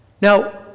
Now